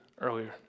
earlier